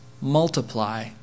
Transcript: multiply